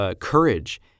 courage